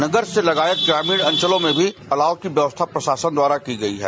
नगर लगाकर ग्रामीण अंचलों में भी अलाव की व्यवस्था प्रशासन द्वारा की गयी है